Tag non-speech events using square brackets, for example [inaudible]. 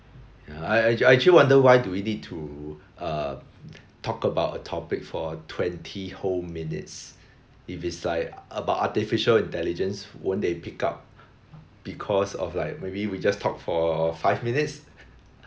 ya I I actually wonder why do we need to uh talk about a topic for twenty whole minutes if it's like about artificial intelligence won't they pick up because of like maybe we just talk for five minutes [laughs]